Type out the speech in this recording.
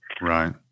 Right